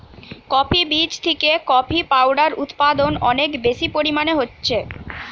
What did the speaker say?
coffee বীজ থিকে coffee powder উদপাদন অনেক বেশি পরিমাণে হচ্ছে